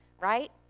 right